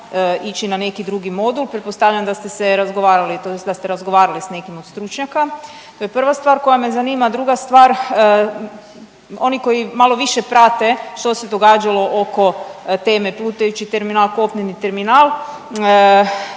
ići na neki drugi modul, pretpostavljam da ste se razgovarali tj. da ste razgovarali s nekim od stručnjaka, to je prva stvar koja me zanima, a druga stvar oni koji malo više prate što se događalo oko teme plutajući terminal, kopneni terminal